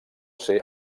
ser